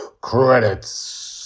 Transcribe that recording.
credits